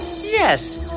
Yes